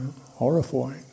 horrifying